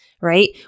right